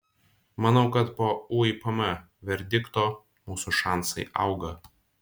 manau kad po uipm verdikto mūsų šansai auga